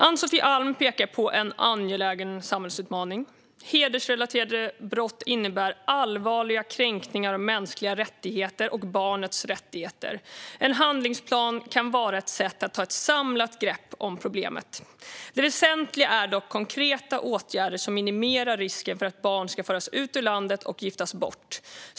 Ann-Sofie Alm pekar på en angelägen samhällsutmaning. Hedersrelaterade brott innebär allvarliga kränkningar av mänskliga rättigheter och barnets rättigheter. En handlingsplan kan vara ett sätt att ta ett samlat grepp om problemet. Det väsentliga är dock konkreta åtgärder som minimerar risken för att barn ska föras ut ur landet och giftas bort.